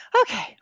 Okay